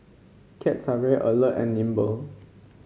cats are very alert and nimble